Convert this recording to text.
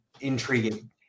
intriguing